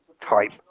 type